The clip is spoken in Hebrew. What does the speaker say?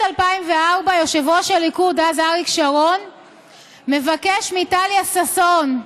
2004 יושב-ראש הליכוד אז אריק שרון מבקש מטליה ששון,